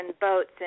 boats